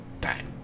time